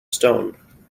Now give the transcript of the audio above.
stone